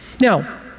Now